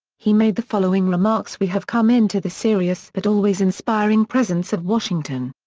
he made the following remarks we have come into the serious but always inspiring presence of washington.